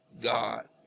God